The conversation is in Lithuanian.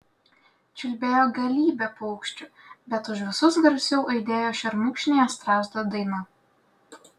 čiulbėjo galybė paukščių bet už visus garsiau aidėjo šermukšnyje strazdo daina